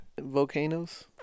volcanoes